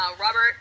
Robert